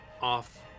off